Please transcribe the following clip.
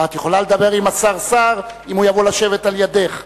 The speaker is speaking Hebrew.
את יכולה לדבר עם השר אם הוא יבוא לשבת לידך.